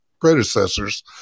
predecessors